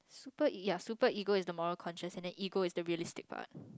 super yeah superego is the moral conscious and then ego is the realistic part